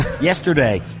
yesterday